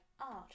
art